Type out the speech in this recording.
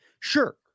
Sure